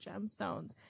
Gemstones